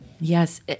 Yes